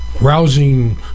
rousing